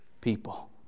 people